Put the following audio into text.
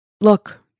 Look